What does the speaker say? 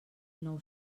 nou